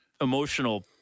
emotional